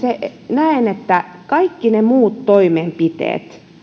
näen että kaikki ne muut toimenpiteet